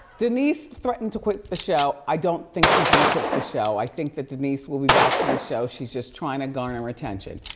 denise threatened to quit the show, i don't think she's gonna quit the show. i think that denise will be back to the show, she's just trying to and attention.